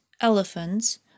elephants